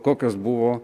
kokios buvo